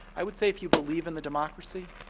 i would say if you believe in the democracy,